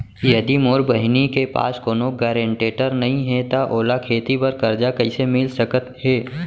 यदि मोर बहिनी के पास कोनो गरेंटेटर नई हे त ओला खेती बर कर्जा कईसे मिल सकत हे?